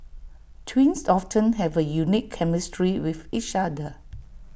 twins often have A unique chemistry with each other